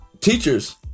teachers